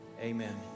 amen